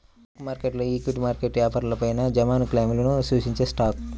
stock market, equity market వ్యాపారాలపైయాజమాన్యక్లెయిమ్లను సూచించేస్టాక్